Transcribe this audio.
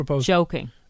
joking